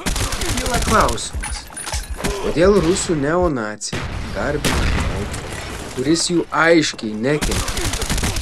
kyla klausimas kodėl rusų neonaciai garbina žmogų kuris jų aiškiai nekentė